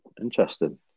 Interesting